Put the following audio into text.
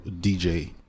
DJ